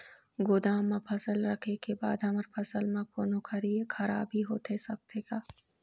गोदाम मा फसल रखें के बाद हमर फसल मा कोन्हों खराबी होथे सकथे का?